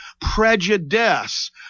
prejudice